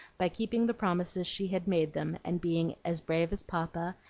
by keeping the promises she had made them, and being as brave as papa,